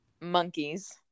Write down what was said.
Monkeys